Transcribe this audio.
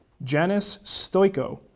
janice stoyko,